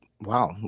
wow